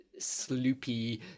sloopy